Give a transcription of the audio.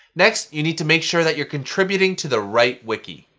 next, you need to make sure that you're contributing to the right wiki.